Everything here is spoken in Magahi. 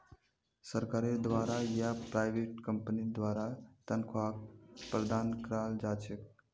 सरकारेर द्वारा या प्राइवेट कम्पनीर द्वारा तन्ख्वाहक प्रदान कराल जा छेक